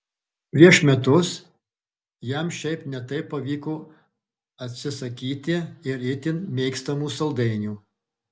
prieš metus jam šiaip ne taip pavyko atsisakyti ir itin mėgstamų saldainių